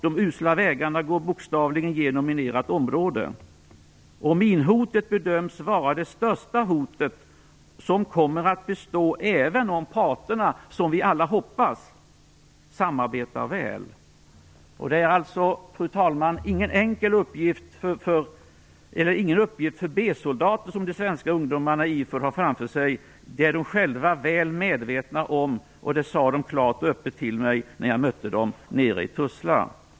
De usla vägarna går bokstavligen genom minerat område. Minhotet bedöms vara det största hotet, som kommer att bestå även om parterna - som vi alla hoppas - samarbetar väl. Det är alltså, fru talman, ingen uppgift för B soldater som de svenska ungdomarna i IFOR har framför sig. Det är de själva väl medvetna om, och det sade de klart och öppet till mig när jag mötte dem nere i Tuzla.